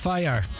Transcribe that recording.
Fire